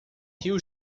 riu